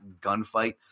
gunfight